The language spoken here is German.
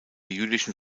jüdischen